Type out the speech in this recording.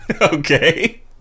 Okay